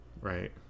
Right